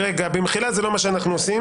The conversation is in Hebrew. במחילה, זה לא מה שאנחנו עושים.